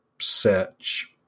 search